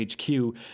hq